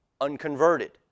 Unconverted